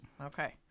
Okay